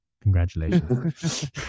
Congratulations